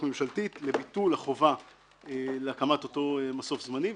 ממשלתית לביטול החובה להקמת אותו מסוף זמני,